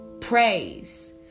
praise